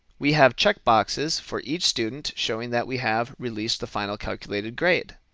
we have check boxes for each student showing that we have released the final calculated grade.